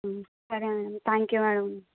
సరే అండి thank you madam